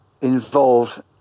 involved